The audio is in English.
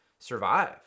survive